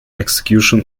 execution